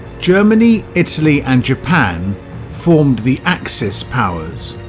germany italy and japan formed the axis powers